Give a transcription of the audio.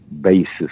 basis